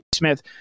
Smith